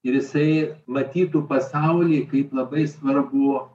ir jisai matytų pasaulį kaip labai svarbų